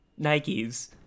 Nikes